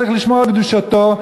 צריך לשמור על קדושתו,